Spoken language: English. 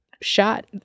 shot